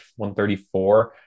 134